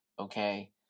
Okay